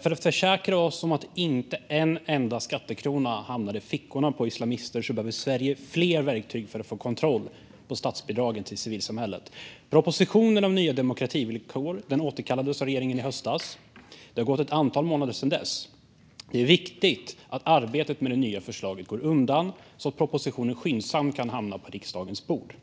För att försäkra oss om att inte en enda skattekrona hamnar i fickorna på islamister behöver Sverige fler verktyg för att få kontroll på statsbidragen till civilsamhället. Propositionen om nya demokrativillkor återkallades av regeringen i höstas. Det har gått ett antal månader sedan dess, och det är viktigt att arbetet med det nya förslaget går undan så att propositionen skyndsamt kan hamna på riksdagens bord.